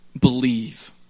Believe